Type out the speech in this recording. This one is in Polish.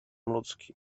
ludzkim